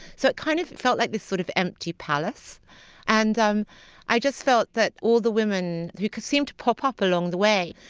so it kind of felt like this sort of empty palace and um i just felt that all the women who seemed to pop up the way,